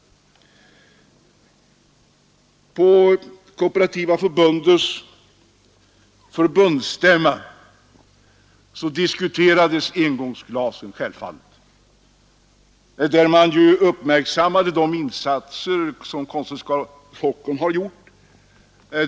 På Kooperativa förbundets förbundsstämma diskuterades engångsglasen. Stämman uppmärksammade de insatser som Konsum Stockholm har gjort.